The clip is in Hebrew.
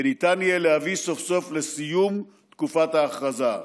וניתן יהיה להביא סוף-סוף לסיום תקופת ההכרזה.